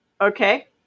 Okay